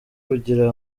kugira